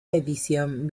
edición